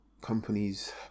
companies